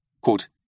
quote